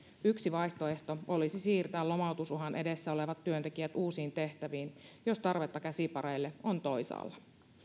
yksi vaihtoehto olisi siirtää lomautusuhan edessä olevat työntekijät uusiin tehtäviin jos tarvetta käsipareille on toisaalla